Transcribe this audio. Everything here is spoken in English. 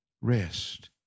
rest